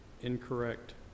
incorrect